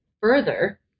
further